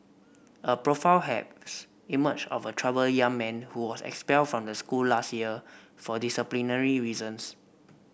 a profile has emerged of a troubled young man who was expelled from the school last year for disciplinary reasons